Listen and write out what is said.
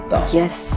Yes